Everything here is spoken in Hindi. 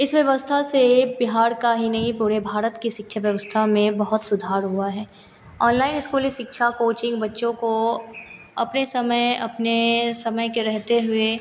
इस व्यवस्था से बिहार का ही नहीं पूरे भारत की शिक्षा व्यवस्था में बहुत सुधार हुआ है ऑनलाइन स्कूली शिक्षा कोचिंग बच्चों को अपने समय अपने समय के रहते हुए